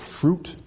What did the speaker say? fruit